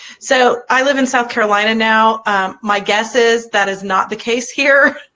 so i live in south carolina now my guess is that is not the case here,